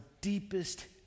deepest